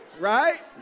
right